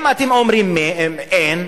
אם אתם אומרים: אין,